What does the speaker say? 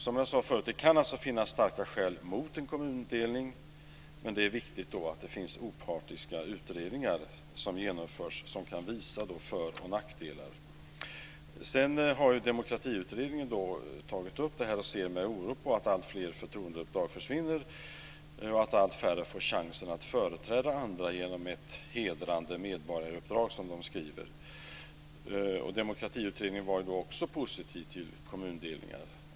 Som jag sade förut kan det alltså finnas starka skäl mot en kommundelning, men det är viktigt att det genomförs opartiska utredningar som visar för och nackdelar. Sedan har Demokratiutredningen tagit upp detta. Man ser med oro på att alltfler förtroendeuppdrag försvinner och att allt färre får chansen att företräda andra genom ett hedrande medborgaruppdrag, som de skriver. Demokratiutredningen var också positiv till kommundelningar.